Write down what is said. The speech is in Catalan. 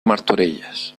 martorelles